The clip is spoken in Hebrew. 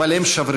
אבל הם שבריריים.